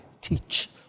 teach